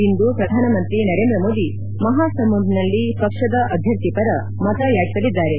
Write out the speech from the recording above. ಇಂದು ಪ್ರಧಾನಮಂತ್ರಿ ನರೇಂದ್ರಮೋದಿ ಮಹಾಸಮುಂಡ್ನಲ್ಲಿ ಪಕ್ಷದ ಅಭ್ಯರ್ಥಿ ಪರ ಮತ ಯಾಚಿಸಲಿದ್ದಾರೆ